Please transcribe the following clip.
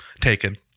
taken